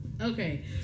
Okay